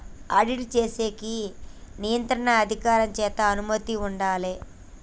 audit చేసేకి నియంత్రణ అధికారం చేత అనుమతి ఉండాలే